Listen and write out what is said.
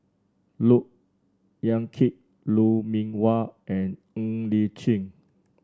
Look Yan Kit Lou Mee Wah and Ng Li Chin